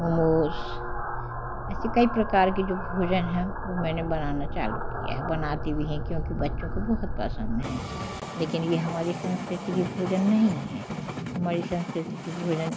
मोमोस ऐसे कई प्रकार की जो भोजन है वो मैंने बनाना चालू किया है बनाते भी हैं क्योंकि बच्चों को बहुत पसंद हैं लेकिन ये हमारी संस्कृति के भोजन नहीं है हमारी संस्कृति के भोजन